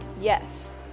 yes